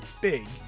big